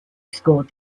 scored